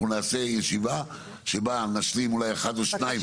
אנחנו נעשה ישיבה שבה נשלים אולי אחד או שניים,